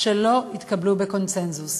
שלא התקבלו בקונסנזוס.